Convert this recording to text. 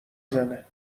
زنه